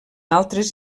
altres